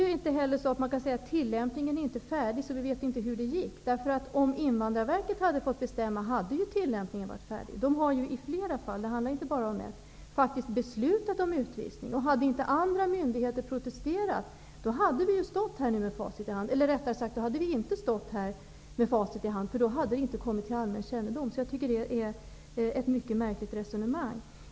Man kan heller inte säga att tillämpningen av lagarna inte är färdig och att vi därför inte vet hur det gick. Om Invandrarverket hade fått bestämma hade nämligen tillämpningen varit färdig. Invandrarverket har i flera fall -- det handlar inte bara om ett -- faktiskt beslutat om utvisning. Hade inte andra myndigheter protesterat, hade vi nu stått här med facit i hand -- eller rättare sagt: vi hade inte stått här med facit i hand, eftersom ärendena då inte hade kommit till allmän kännedom. Det är därför enligt min mening ett mycket märkligt resonemang.